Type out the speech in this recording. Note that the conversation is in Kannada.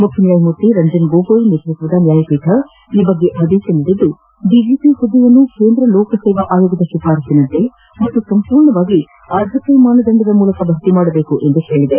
ಮುಖ್ಯ ನ್ಯಾಯಮೂರ್ತಿ ರಂಜನ್ ಗೊಗೋಯ್ ಅವರ ನೇತೃತ್ವದ ನ್ಯಾಯಪೀಠ ಈ ಬಗ್ಗೆ ಆದೇಶ ನೀಡಿದ್ದು ಡಿಜಿಪಿ ಹುದ್ದೆಯನ್ನು ಕೇಂದ್ರ ಲೋಕಸೇವಾ ಆಯೋಗದ ಶಿಫಾರಸ್ಸಿನಂತೆ ಮತ್ತು ಸಂಪೂರ್ಣವಾಗಿ ಅರ್ಹತಾ ಮಾನದಂದ ಮೂಲಕ ಭರ್ತಿ ಮಾಡಬೇಕು ಎಂದು ಹೇಳಿದೆ